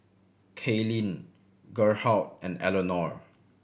Kaelyn Gerhardt and Eleanore